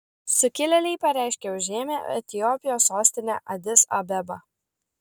sukilėliai pareiškė užėmę etiopijos sostinę adis abebą